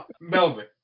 Melvin